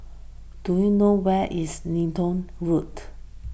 do you know where is Leedon Road